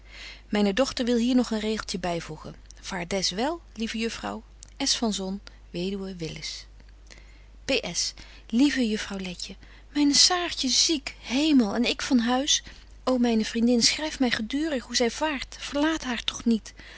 myne dochter wil hier nog een regeltje byvoegen vaar des wel lieve juffrouw s va n z o n wed w i l l i s ps lieve juffrouw letje myne saartje ziek hemel en ik van huis ô myne vriendin schryf my gedurig hoe zy vaart verlaat haar toch niet